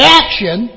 action